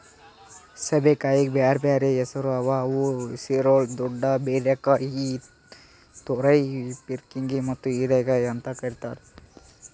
ಸೇಬೆಕಾಯಿಗ್ ಬ್ಯಾರೆ ಬ್ಯಾರೆ ಹೆಸುರ್ ಅವಾ ಅವು ಸಿರೊಳ್, ದೊಡ್ಕಾ, ಬೀರಕಾಯಿ, ತುರೈ, ಪೀರ್ಕಂಕಿ ಮತ್ತ ಹೀರೆಕಾಯಿ ಅಂತ್ ಕರಿತಾರ್